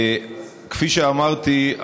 כפי שאמרתי,